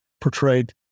portrayed